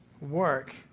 work